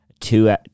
Two